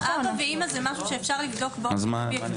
אבא ואימא זה משהו שאפשר לבדוק באופן ספציפי.